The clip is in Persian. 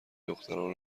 دختران